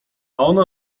ona